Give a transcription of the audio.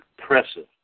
Impressive